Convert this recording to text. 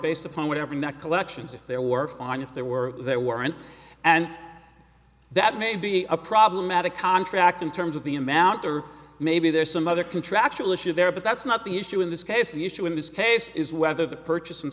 based upon whatever neck collections if there were fine if there were that weren't and that may be a problematic contract in terms of the amount or maybe there's some other contractual issue there but that's not the issue in this case the issue in this case is whether the purchas